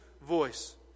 voice